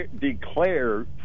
declare